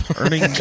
Earning